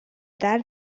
that